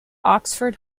oxford